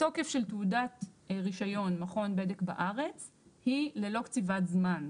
התוקף של תעודת רישיון מכון בדק בארץ היא ללא קציבת זמן.